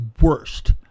worst